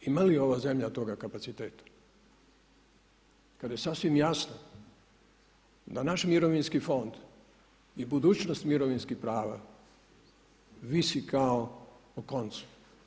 Ima li ova zemlja toga kapaciteta kada je sasvim jasno da naš mirovinski fond i budućnost mirovinskih prava visi kao o koncu.